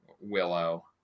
willow